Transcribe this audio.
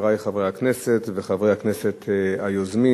חברי חברי הכנסת וחברי הכנסת היוזמים,